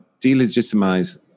delegitimize